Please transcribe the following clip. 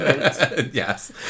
Yes